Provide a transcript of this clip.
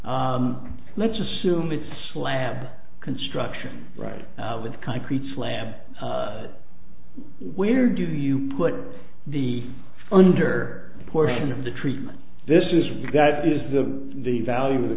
let's assume it's slab construction right with concrete slab where do you put the under portion of the treatment this is from that is the the value of the